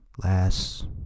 Last